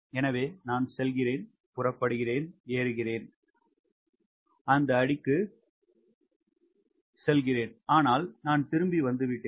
எனவே நான் செல்கிறேன் புறப்படுகிறேன் ஏறுகிறேன் அந்த 9114000 அடிக்குச் செல்லுங்கள் ஆனால் நான் திரும்பி வந்துவிட்டேன்